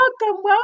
welcome